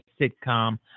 sitcom